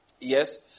Yes